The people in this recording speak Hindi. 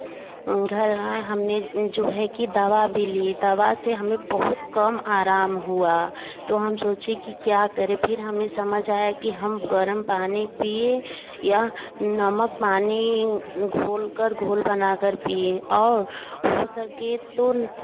घर आए हमने जो है कि दवा भी लिए दवा से हमें बहुत कम आराम हुआ तो हम सोचे कि क्या करें फिर हमें समझ आया कि हम गर्म पानी पिएँ या नमक पानी घोलकर घोलकर बनाकर पिएँ और हो सके तो